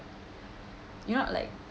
you're not like